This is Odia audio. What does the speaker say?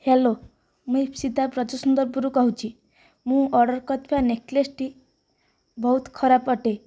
ହ୍ୟାଲୋ ମୁଁ ଇପ୍ସିତା ବ୍ରଜସୁନ୍ଦରପୁରରୁ କହୁଛି ମୁଁ ଅର୍ଡ଼ର କରିଥିବା ନେକଲେସ୍ଟି ବହୁତ ଖରାପ ଅଟେ